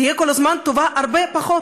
תהיה כל הזמן טובה הרבה פחות.